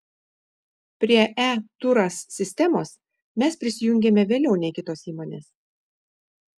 prie e turas sistemos mes prisijungėme vėliau nei kitos įmonės